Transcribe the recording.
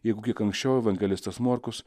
jeigu kiek anksčiau evangelistas morkus